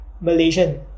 malaysian